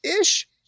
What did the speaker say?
ish